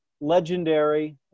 legendary